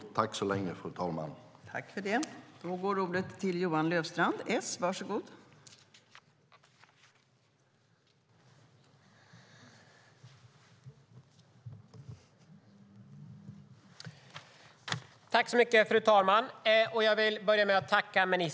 Då Monica Green, som framställt en av interpellationerna, anmält att hon var förhindrad att närvara vid sammanträdet medgav förste vice talmannen att Carina Ohlsson i stället fick delta i överläggningen.